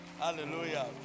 hallelujah